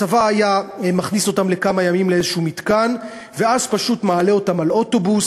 הצבא היה מכניס אותם לכמה ימים לאיזה מתקן ואז פשוט מעלה אותם לאוטובוס,